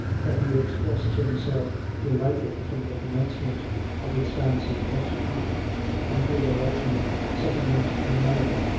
that he expressed himself delighted from the commencement of its fancied execution until their ultimate settlement in america.